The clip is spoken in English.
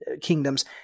kingdoms